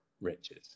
riches